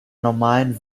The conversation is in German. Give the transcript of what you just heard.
normalen